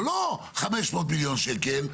אבל לא 500 מיליון שקל,